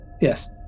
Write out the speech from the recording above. Yes